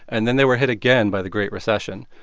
and then they were hit again by the great recession.